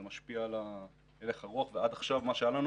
זה משפיע על הלך הרוח, ועד עכשיו מה שהיה לנו